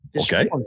Okay